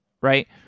right